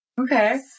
Okay